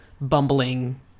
bumbling